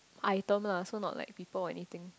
item lah so not like people or anything